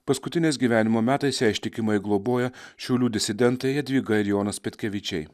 paskutiniais gyvenimo metais ią ištikimai globoja šiaulių disidentai jadvyga ir jonas petkevičiai